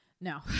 No